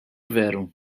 veru